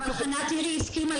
אבל חנה טירי הסכימה לזה?